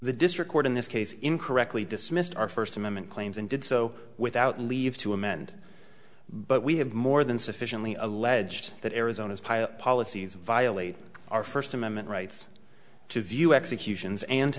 the district court in this case incorrectly dismissed our first amendment claims and did so without leave to amend but we have more than sufficiently alleged that arizona's policies violate our first amendment rights to view executions and